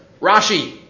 Rashi